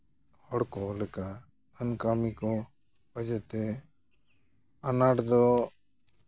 ᱦᱚᱲ ᱠᱚ ᱞᱮᱠᱟ ᱠᱟᱹᱢᱤ ᱠᱚ ᱚᱡᱮᱛᱮ ᱟᱱᱟᱴ ᱫᱚ